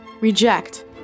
Reject